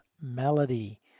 melody